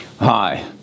Hi